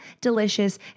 delicious